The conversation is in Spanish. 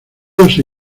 ese